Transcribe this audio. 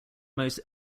most